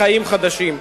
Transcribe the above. לחיים חדשים,